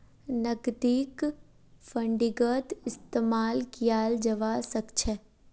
नकदीक फंडिंगत इस्तेमाल कियाल जवा सक छे